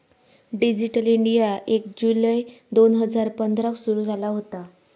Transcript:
digital India एक जुलै दोन हजार पंधराक सुरू झाला होता